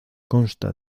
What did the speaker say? consta